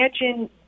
imagine